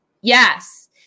Yes